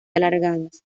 alargadas